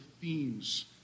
themes